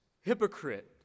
hypocrite